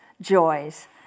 joys